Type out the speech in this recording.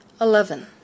Eleven